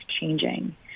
changing